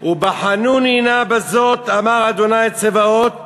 "וּבְחָנוּני נא בזאת אמר ה' צבאות